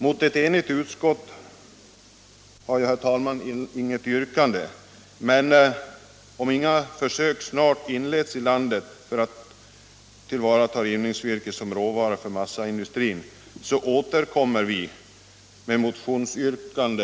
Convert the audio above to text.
Mot ett enigt utskott har jag, herr talman, inget yrkande, men om inte försök snart inleds i landet för att tillvarata rivningsvirke som råvara för massaindustrin återkommer vi med vårt motionsyrkande.